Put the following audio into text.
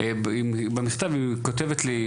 במכתב היא כותבת לי,